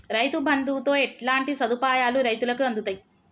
రైతు బంధుతో ఎట్లాంటి సదుపాయాలు రైతులకి అందుతయి?